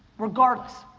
regardless,